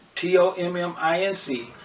t-o-m-m-i-n-c